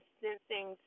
sensing